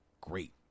great